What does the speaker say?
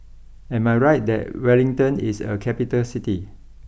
am I right that Wellington is a capital City